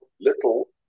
little